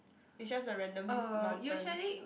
is just a random mountain